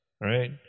Right